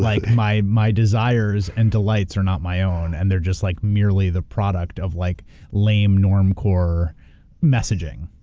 like my my desires and delights are not my own, and they're just like merely the product of like lame normcore messaging?